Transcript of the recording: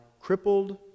crippled